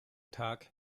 tag